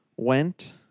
Went